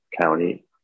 County